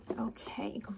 Okay